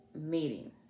meeting